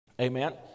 amen